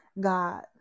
God